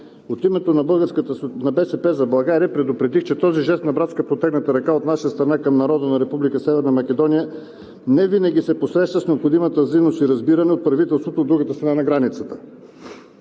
от името на „БСП за България“ предупредих, че този жест на братска протегната ръка от наша страна към народа на Република Северна Македония невинаги се посреща с необходимата взаимност и разбиране от правителството от другата страна на границата.